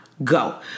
go